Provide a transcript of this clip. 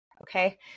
Okay